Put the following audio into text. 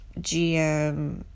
GM